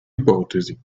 ipotesi